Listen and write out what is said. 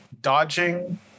dodging